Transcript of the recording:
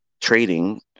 trading